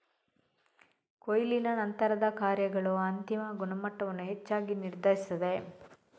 ಕೊಯ್ಲಿನ ನಂತರದ ಕಾರ್ಯಗಳು ಅಂತಿಮ ಗುಣಮಟ್ಟವನ್ನು ಹೆಚ್ಚಾಗಿ ನಿರ್ಧರಿಸುತ್ತದೆ